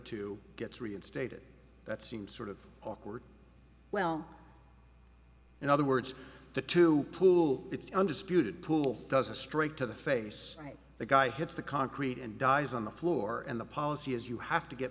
two gets reinstated that seems sort of awkward well in other words the two pool the undisputed pool does a straight to the face right the guy hits the concrete and dies on the floor and the policy is you have to get